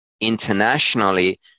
internationally